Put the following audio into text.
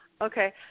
Okay